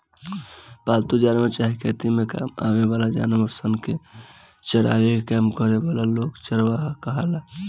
पालतू जानवर चाहे खेती में काम आवे वाला जानवर सन के चरावे के काम करे वाला लोग चरवाह कहाला